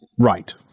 Right